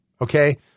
okay